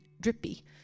drippy